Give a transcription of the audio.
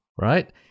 right